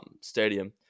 stadium